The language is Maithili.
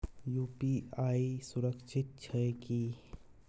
यु.पी.आई सुरक्षित छै की?